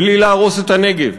בלי להרוס את הנגב,